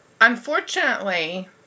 Unfortunately